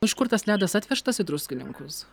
iš kur tas ledas atvežtas į druskininkus